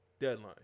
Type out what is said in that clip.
deadline